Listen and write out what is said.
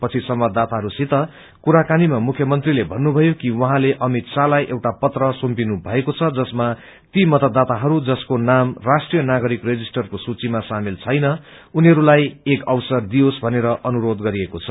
पछि संवाददाताहरूसित कुराकानीमा मुख्यमंत्रीले भन्नुभयो कि उहाँले अमित शाहलाई एउटा पत्र सुम्पिनुभएको छ जसमा ती मतदाताहरूजसको नाम ाष्ट्रिय नागरिक रेजिष्टरमको सूचिमा सामेल छैन उनीहरूलाई एक अवसर दिइयोस् भनेर अनुरोध गरिएको छ